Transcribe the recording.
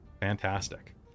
Fantastic